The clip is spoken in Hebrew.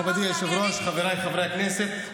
מכובדי היושב-ראש, חבריי חברי הכנסת,